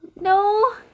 No